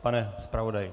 Pane zpravodaji?